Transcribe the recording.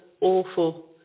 awful